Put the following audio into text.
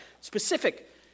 Specific